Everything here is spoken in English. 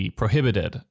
prohibited